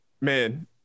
man